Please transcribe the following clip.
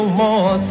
more